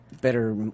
better